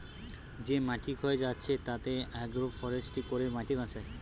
যে মাটি ক্ষয়ে যাচ্ছে তাতে আগ্রো ফরেষ্ট্রী করে মাটি বাঁচায়